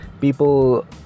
people